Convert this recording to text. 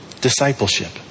discipleship